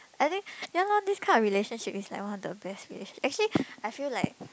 I think ya loh this kind of relationship is like one of the best relation~ actually I feel like